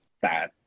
sad